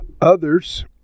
Others